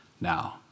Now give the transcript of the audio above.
now